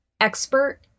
expert